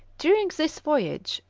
during this voyage,